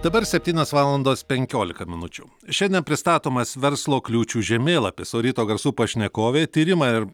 dabar septynios valandos penkiolika minučių šiandien pristatomas verslo kliūčių žemėlapis o ryto garsų pašnekovė tyrimą ir